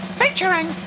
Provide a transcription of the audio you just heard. featuring